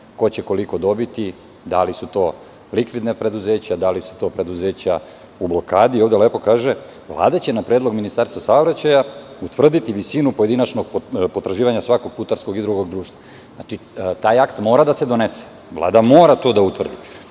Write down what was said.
ko će koliko dobiti, da li su to likvidna preduzeća, da li su to preduzeća u blokadi. Ovde lepo kaže – Vlada će na predlog Ministarstva saobraćaja utvrditi visinu pojedinačnog potraživanja svakog putarskog i drugog društva. Taj akt mora da se donese. Vlada mora to da utvrdi. Nije